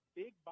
big